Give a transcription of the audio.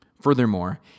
Furthermore